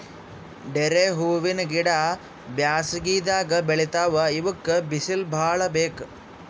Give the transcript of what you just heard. ಡೇರೆ ಹೂವಿನ ಗಿಡ ಬ್ಯಾಸಗಿದಾಗ್ ಬೆಳಿತಾವ್ ಇವಕ್ಕ್ ಬಿಸಿಲ್ ಭಾಳ್ ಬೇಕ್